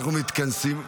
בבקשה,